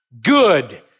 good